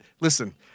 Listen